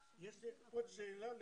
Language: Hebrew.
יש לי עוד שאלה.